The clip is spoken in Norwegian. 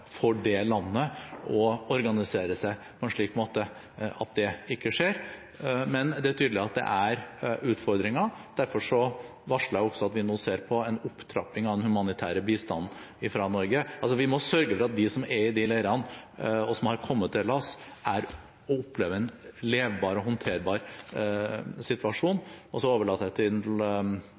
for det landet å organisere seg på en slik måte at dette ikke skjer. Men det er tydelig at det er utfordringer, og derfor varsler jeg også at vi nå ser på en opptrapping av den humanitære bistanden fra Norge. Vi må sørge for at de som er i disse leirene, og som har kommet til Hellas, opplever en levelig og håndterbar situasjon. Og så overlater jeg til